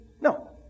No